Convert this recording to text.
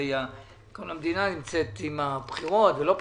הרי כל המדינה נמצאת עם שאלת הבחירות או לא בחירות.